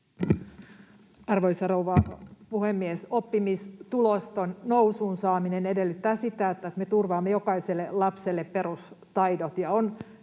Arvoisa rouva puhemies! Oppimistulosten nousuun saaminen edellyttää sitä, että me turvaamme jokaiselle lapselle perustaidot.